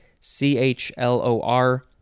C-H-L-O-R